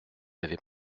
avait